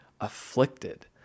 afflicted